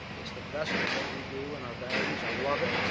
it's the best of what we do and our values. i love it.